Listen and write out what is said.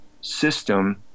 System